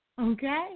okay